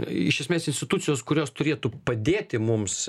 iš esmės institucijos kurios turėtų padėti mums